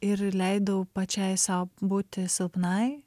ir leidau pačiai sau būti silpnai